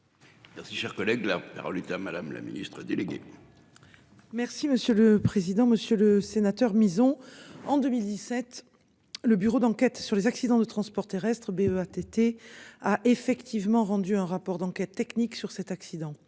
Merci, cher collègue, la parole est à madame la Ministre délégué. Merci monsieur le président, Monsieur le Sénateur Mison en 2017. Le Bureau d'enquêtes sur les accidents de transport terrestre BE ATT a effectivement rendu un rapport d'enquête technique sur cet accident.